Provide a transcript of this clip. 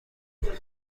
خانم